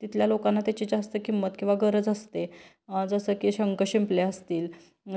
तिथल्या लोकांना त्याची जास्त किंमत किंवा गरज असते जसं की शंख शिंपले असतील